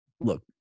look